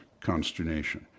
consternation